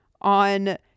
on